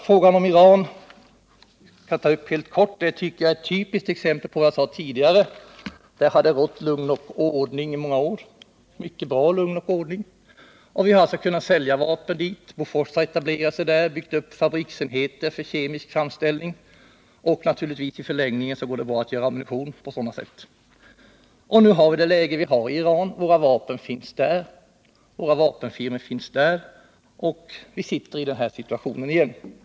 Frågan om Iran skall jag ta upp helt kort. Det är ett typiskt exempel på vad jag sade tidigare. I Iran hade det rått lugn och ordning i många år, och vi har kunnat sälja våra vapen dit. Bofors har etablerat sig där och byggt upp fabriksenheter för kemisk framställning. I förlängningen går det naturligtvis bra att här tillverka ammunition. Nu har vi det läge vi har i Iran. Våra vapenfirmor finns där, och våra vapen finns där. Vi befinner oss alltså nu återigen i den här situationen.